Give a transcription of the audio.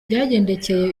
byagendekeye